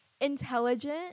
intelligent